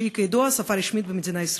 שהיא כידוע שפה רשמית במדינת ישראל.